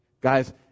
guys